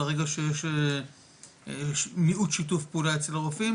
ברגע שיש מיעוט שיתוף פעולה אצל הרופאים